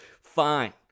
fine